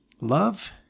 love